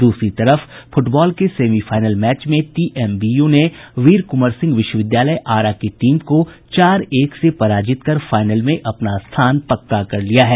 दूसरी तरफ फुटबॉल के सेमीफाइनल मैच में टीएमबीयू ने वीर कुंवर सिंह विश्वविद्यालय आरा की टीम को चार एक से पराजित कर फाइनल में अपना स्थान पक्का कर लिया है